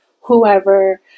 whoever